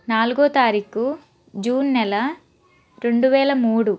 నాలుగో తారీఖు జూన్ నెల రెండు వేల మూడు